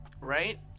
right